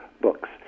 books